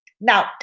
Now